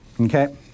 Okay